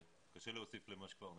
קשה להוסיף למה שכבר נאמר,